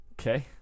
Okay